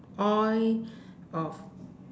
oil of